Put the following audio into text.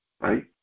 right